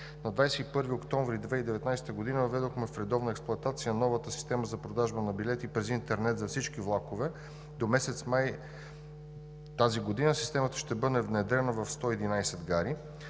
На 21 октомври 2019 г. въведохме в редовна експлоатация новата система за продажба на билети през интернет за всички влакове. До месец май 2020 г. системата ще бъде внедрена в 111 гари.